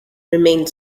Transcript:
remained